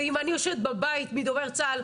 ואם אני יושבת בבית מדובר צה"ל,